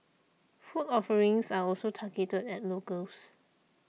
food offerings are also targeted at locals